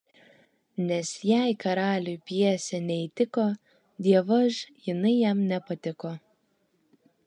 nes jei karaliui pjesė neįtiko dievaž jinai jam nepatiko